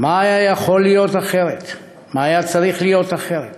מה היה יכול להיות אחרת, מה היה צריך להיות אחרת,